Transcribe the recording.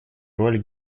роль